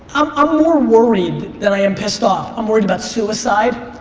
i'm ah more worried than i am pissed off. i'm worried about suicide.